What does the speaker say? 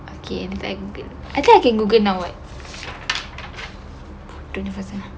okay ini kan good I think I can google now what turn it faster